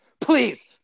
Please